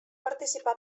participar